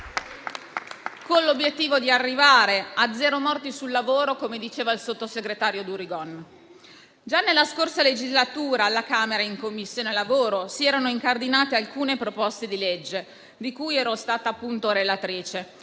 con l'obiettivo di arrivare a zero morti sul lavoro, come diceva il sottosegretario Durigon. Già nella scorsa legislatura, alla Camera dei deputati, in Commissione lavoro, si erano incardinate alcune proposte di legge, di cui ero stata relatrice,